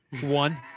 one